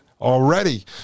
already